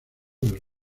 del